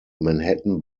manhattan